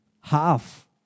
half